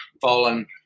fallen